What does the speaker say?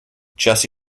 jesse